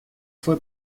fue